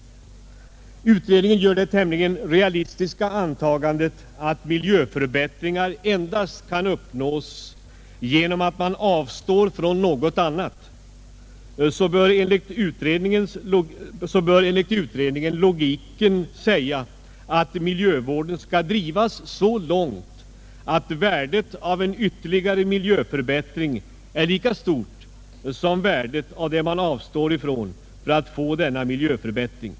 Utredningen gör det tämligen realistiska antagandet att miljöförbättringar endast kan uppnås genom att man avstår från något annat, och då bör enligt utredningen logiken säga att miljövården skall drivas så långt att värdet av en ytterligare miljöförbättring är lika stort som värdet av det man avstår ifrån för att få denna miljöförbättring.